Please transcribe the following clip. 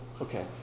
Okay